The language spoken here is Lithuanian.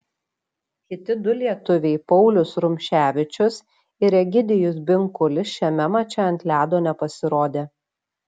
kiti du lietuviai paulius rumševičius ir egidijus binkulis šiame mače ant ledo nepasirodė